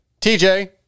TJ